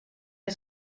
ich